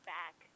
back